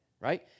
right